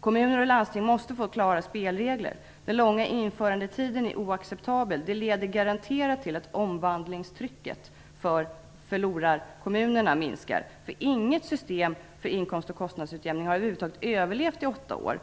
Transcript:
Kommuner och landsting måste få klara spelregler. Den långa införandetiden är oacceptabel. Den leder garanterat till att omvandlingstrycket för "förlorarkommunerna" minskar. Inget system för intäkts och kostnadsutjämning har över huvud taget överlevt i åtta år.